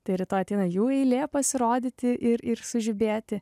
tai rytoj ateina jų eilė pasirodyti ir ir sužibėti